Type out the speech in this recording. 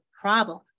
problem